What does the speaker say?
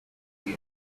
your